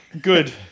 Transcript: Good